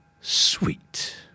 Sweet